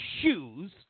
shoes